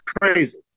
crazy